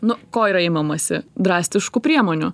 nu ko yra imamasi drastiškų priemonių